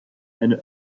eine